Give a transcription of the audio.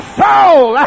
soul